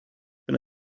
been